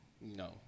No